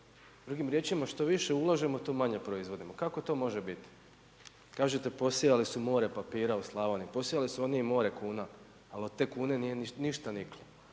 Drugim riječima što više ulažemo to manje proizvodimo. Kako to može bit? Kažete posijali su more papira u Slavoniji. Posijali su oni i more kuna, ali od te kune nije ništa niklo,